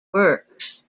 works